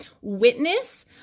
witness